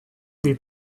des